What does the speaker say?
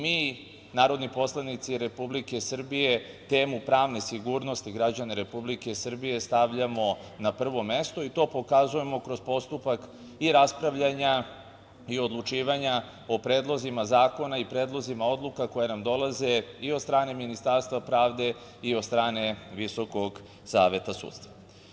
Mi narodni poslanici Republike Srbije temu pravne sigurnosti građana Republike Srbije stavljamo na prvo mesto i to pokazujemo kroz postupak i raspravljanja i odlučivanja o predlozima zakona i predlozima odluka koje nam dolaze i od strane Ministarstva pravde i od strane Visokog saveta sudstva.